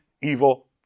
evil